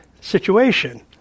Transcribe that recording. situation